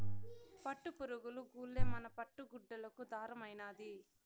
పట్టుపురుగులు గూల్లే మన పట్టు గుడ్డలకి దారమైనాది